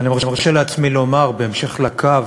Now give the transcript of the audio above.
ואני מרשה לעצמי לומר, בהמשך לקו